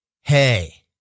hey